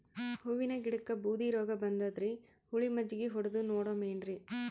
ಹೂವಿನ ಗಿಡಕ್ಕ ಬೂದಿ ರೋಗಬಂದದರಿ, ಹುಳಿ ಮಜ್ಜಗಿ ಹೊಡದು ನೋಡಮ ಏನ್ರೀ?